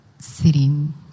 Sitting